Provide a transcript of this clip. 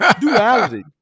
Duality